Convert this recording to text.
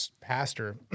pastor